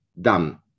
done